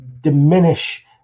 diminish